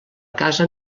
casa